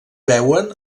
veuen